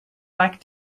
back